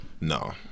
No